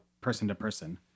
person-to-person